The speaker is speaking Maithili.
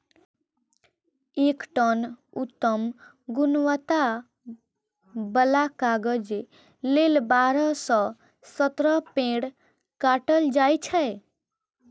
एक टन उत्तम गुणवत्ता बला कागज लेल बारह सं सत्रह पेड़ काटल जाइ छै